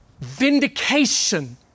vindication